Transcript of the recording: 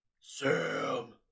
Sam